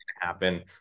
happen